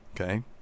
Okay